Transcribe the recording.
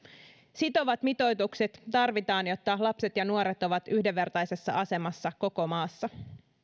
sitovat mitoitukset tarvitaan jotta lapset ja nuoret ovat yhdenvertaisessa asemassa koko maassa